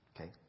Okay